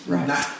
Right